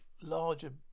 larger